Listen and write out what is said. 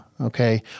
Okay